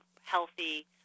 healthy